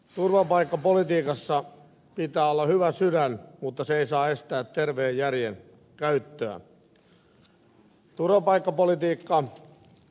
turvapaikkapolitiikassa pitää olla hyvä sydän mutta se ei saa estää terveen järjen käyttöä